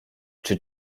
czy